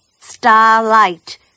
Starlight